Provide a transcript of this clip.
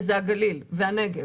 וזה הגליל והנגב.